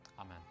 Amen